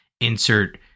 insert